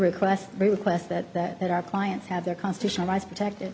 request requests that that our clients have their constitutional rights protected